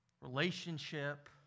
relationship